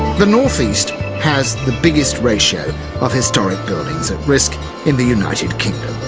the northeast has the biggest ratio of historic buildings at risk in the united kingdom,